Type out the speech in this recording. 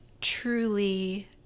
truly